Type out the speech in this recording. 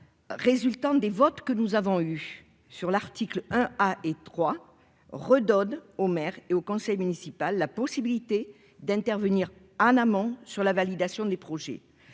résultant des votes que nous avons eues sur l'article, hein, ah et 3 redonne au maire et au conseil municipal, la possibilité d'intervenir en amont sur la validation des projets,